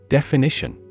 Definition